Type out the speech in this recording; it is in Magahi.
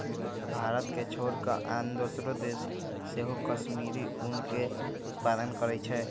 भारत के छोर कऽ आन दोसरो देश सेहो कश्मीरी ऊन के उत्पादन करइ छै